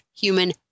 human